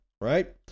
right